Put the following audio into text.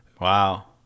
Wow